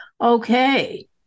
Okay